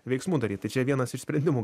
veiksmų daryt tai čia vienas iš sprendimų